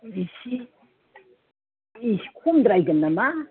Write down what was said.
एसे एसे खमद्रायगोन नामा